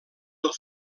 del